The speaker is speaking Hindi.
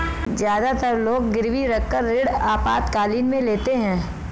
ज्यादातर लोग गिरवी रखकर ऋण आपातकालीन में लेते है